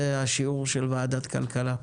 זה השיעור של ועדת כלכלה.